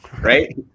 right